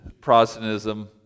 Protestantism